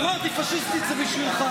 אבל למה אתה נושא את שמי לשווא?